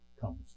comes